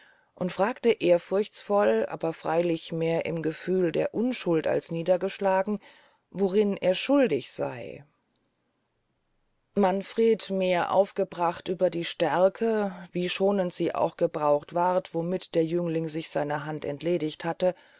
und fragte ehrfurchtsvoll aber freylich mehr im gefühl der unschuld als niedergeschlagen worin er schuldig sey manfred mehr aufgebracht über die stärke wie schonend sie auch gebraucht ward womit der jüngling sich seiner hand entledigt hatte